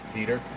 Peter